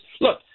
Look